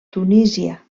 tunísia